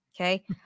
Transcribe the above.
Okay